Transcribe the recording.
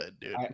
dude